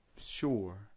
sure